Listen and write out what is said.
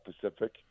Pacific